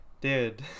Dude